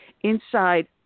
inside